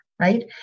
right